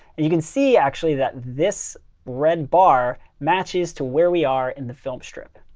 and you can see, actually, that this red bar matches to where we are in the filmstrip.